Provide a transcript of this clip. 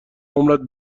عمرت